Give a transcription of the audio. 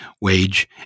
wage